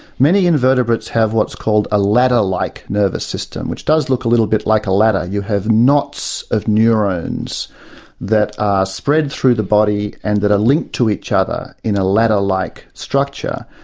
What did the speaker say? many invertebrates have what's called a ladder-like nervous system, which does look a little bit like a ladder. you have knots of neurons that are spread through the body and that are linked to each other in a ladder-like structure.